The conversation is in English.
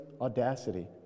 audacity